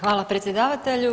Hvala predsjedavatelju.